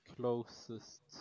closest